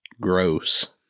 gross